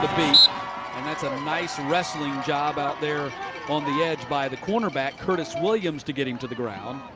to beat and that's a nice wrestling job out there on the edge by the cornerback, curtis williams, to get him to zero the ground.